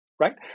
Right